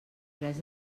res